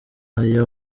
ayo